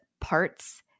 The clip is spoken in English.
parts